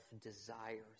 desires